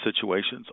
situations